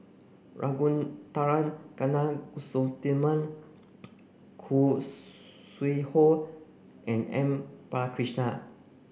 Ragunathar Kanagasuntheram Khoo Sui Hoe and M Balakrishnan